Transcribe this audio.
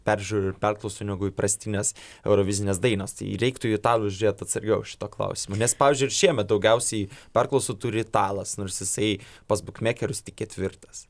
peržiūrų ir perklausų negu įprastinės eurovizinės dainos tai reiktų į italus žiūrėt atsargiau šituo klausimu nes pavyzdžiui ir šiemet daugiausiai perklausų turi italas nors jisai pas bukmekerius tik ketvirtas